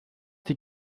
die